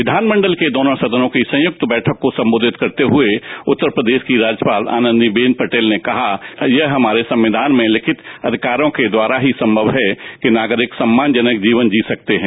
विधानमंडल के दोनों सदनों की संयुक्त बैठक को संबोधित करते हुए उत्तर प्रदेश की राज्यपाल आनंदीबेन पटेल ने कहा कि यह हमारे संविधान में लिखित अधिकारों के द्वारा ही संभव है कि नागरिक सम्मानजनक जीवन जी सकते हैं